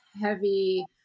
heavy